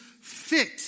fit